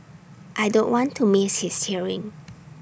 I don't want to miss his hearing